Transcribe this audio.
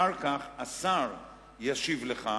אחר כך השר ישיב לך,